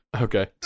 Okay